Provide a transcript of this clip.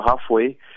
halfway